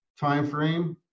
timeframe